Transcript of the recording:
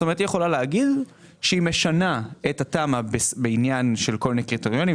הרשות יכולה להגיד שהיא משנה את התמ"א בעניין של כל מיני קריטריונים,